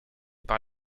par